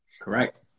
Correct